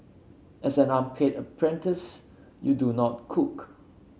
as an unpaid apprentice you do not cook